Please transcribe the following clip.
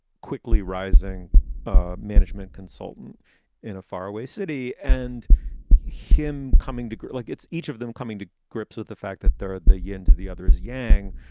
quickly rising ah management consultant in a faraway city and him coming to like it's each of them coming to grips with the fact that they're the yin to the other's yang.